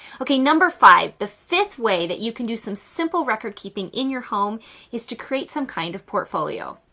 okay? number five, the fifth way that you can do some simple record keeping in your home is to create some kind of portfolio.